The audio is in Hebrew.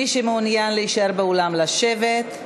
מי שמעוניין להישאר באולם, לשבת.